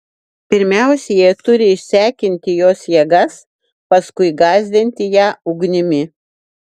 pirmiausia jie turi išsekinti jos jėgas paskui gąsdinti ją ugnimi